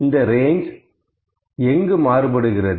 இந்த ரேஞ்ச் எங்கு மாறுபடுகிறது